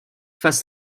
face